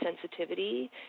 sensitivity